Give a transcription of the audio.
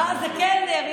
זה קלנר.